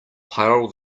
pile